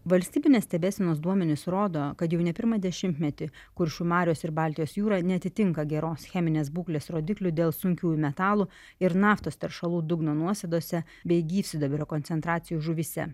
valstybinės stebėsenos duomenys rodo kad jau ne pirmą dešimtmetį kuršių marios ir baltijos jūra neatitinka geros cheminės būklės rodiklių dėl sunkiųjų metalų ir naftos teršalų dugno nuosėdose bei gyvsidabrio koncentracijų žuvyse